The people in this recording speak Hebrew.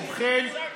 ובכן,